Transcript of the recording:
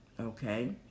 Okay